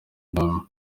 byombi